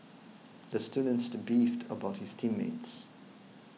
the student to beefed about his team mates